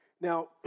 Now